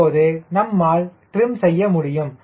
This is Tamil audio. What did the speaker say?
இப்போது நம்மால் ட்ரிம் செய்ய முடியும்